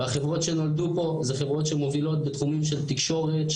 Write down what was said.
והחברות שנולדו פה זה חברות שמובילות בתחומים של תקשורת,